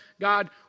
God